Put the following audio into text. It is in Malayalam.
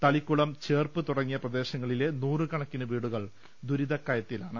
തളിക്കുളം ചേർപ്പ് തുടങ്ങിയ പ്രദേശങ്ങളിലെ നൂറുക്കണക്കിന് വീടുകൾ ദുരിതക്കയത്തിലാണ്